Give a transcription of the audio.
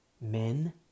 Men